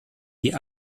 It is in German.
die